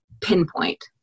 pinpoint